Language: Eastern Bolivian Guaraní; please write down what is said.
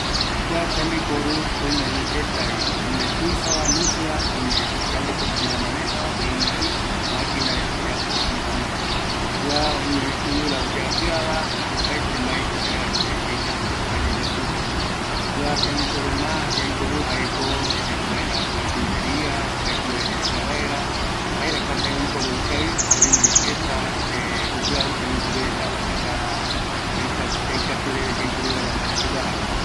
öime jeta oyoavɨ reta, öime yaikua mbaeko yayapotava yave, öime misiva, tuisava, kua tembiporu jae oyeporu jeta carpinteria rupi, jare yaikuata kïraï yaiporu, ikavi yande vaera